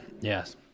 Yes